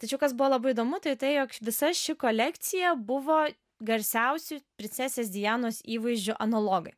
tačiau kas buvo labai įdomu tai tai jog visa ši kolekcija buvo garsiausių princesės dianos įvaizdžio analogai